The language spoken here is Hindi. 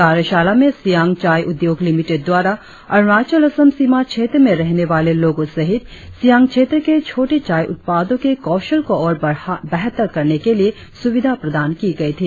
कार्याशाला में सियांग चाय उद्योग लिमिटेड द्वारा अरुणाचल असम सीमा क्षेत्र में रहने वाले लोगों सहित सियांग क्षेत्र के छोटे चाय उत्पादको के कौशल को और बेहतर करने के लिए सुविधा प्रदान की गई थी